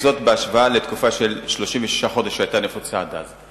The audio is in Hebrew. בהשוואה לתקופה של 36 חודש שהיתה נפוצה עד אז.